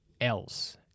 else